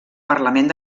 parlament